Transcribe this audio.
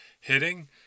hitting